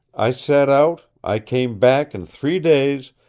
i set out, i came back in three days,